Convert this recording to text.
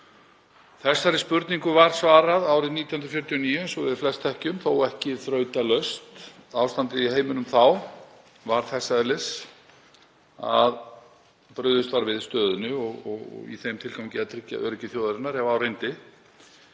Þessari spurningu var svarað árið 1949, eins og við þekkjum flest, þó ekki þrautalaust. Ástandið í heiminum þá var þess eðlis að brugðist var við stöðunni í þeim tilgangi að tryggja öryggi þjóðarinnar ef á reyndi.